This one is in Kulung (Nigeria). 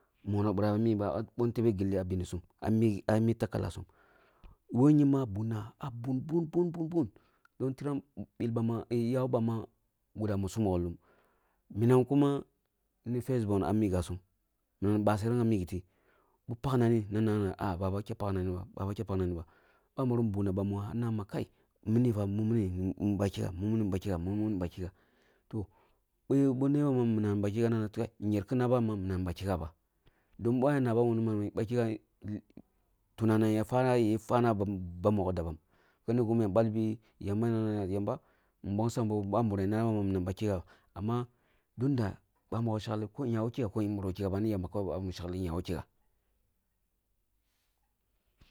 Monoh mi ba beni tebe gilli a beminsum ah mi takalasum woh kyemba ah bunna ah bun bun bun bun nayo tiram bil bamma yah woh bamma murya musukmogolum minam kuma ni first bon ah mijasam, minam ni basereng ah migiti, bi pak na mini na nah mah baba, di pak na miniba baba ne pak naminiba. Babirìm bunna bami ya ma mamin mummuni ni ba kiga mummuni ba kiga mummuni bakiga mibakiga toh, boh nebom ma minam ni ba kiga na nah ma toh, yereh ki nah me minam ni ba kighaba dun ba nabam ma minam ba kígha tunanam ya fana a bambikyang dabam. Kene gimi yana nanabi yamba na yemba mbongsambo babīrim ya nama ya ko kigha amma tun da bamoghi shekhi ko ya ko kigha ko biraba ko kigha, ni yamba shekhi ko ya woh kigha.